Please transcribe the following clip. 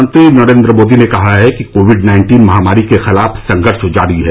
प्रधानमंत्री नरेंद्र मोदी ने कहा है कि कोविड नाइन्टीन महामारी के खिलाफ संघर्ष जारी है